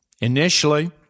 initially